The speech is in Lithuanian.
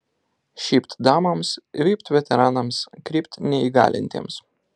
šypt damoms vypt veteranams krypt neįgalintiems